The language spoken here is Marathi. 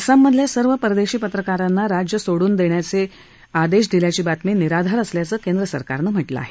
आसाममधल्या सर्व परदेशी पत्रकारांना राज्य सोडून देण्याचे आदेश दिल्याची बातमी निराधार असल्याचं केंद्र सरकारनं म्हटलं आहे